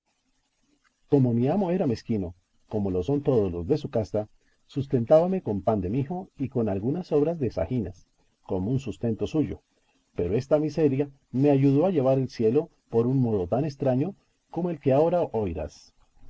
como mi amo era mezquino como lo son todos los de su casta sustentábame con pan de mijo y con algunas sobras de zahínas común sustento suyo pero esta miseria me ayudó a llevar el cielo por un modo tan estraño como el que ahora oirás